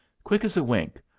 quick as a wink,